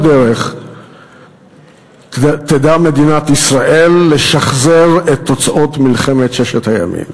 דרך תדע מדינת ישראל לשחזר את תוצאות מלחמת ששת הימים.